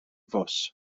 fws